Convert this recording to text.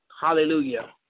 hallelujah